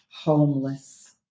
homeless